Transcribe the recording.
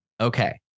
okay